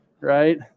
right